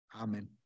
Amen